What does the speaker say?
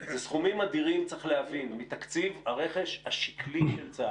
זה סכומים אדירים צריך להבין מתקציב הרכש השקלי של צה"ל,